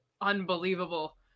unbelievable